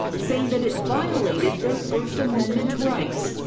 saying that it violated their first amendment rights.